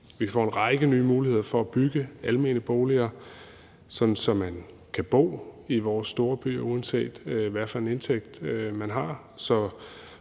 Vi får en række nye muligheder for at bygge almene boliger, sådan at man kan bo i vores storbyer, uanset hvad for en indtægt man har,